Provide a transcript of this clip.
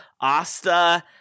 Asta